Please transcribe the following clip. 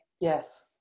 Yes